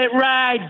ride